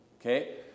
Okay